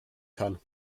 kann